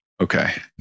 Okay